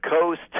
coast